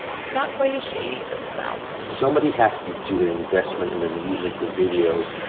it's not quite as shady as it sounds somebody has to do the investment in the music, the videos.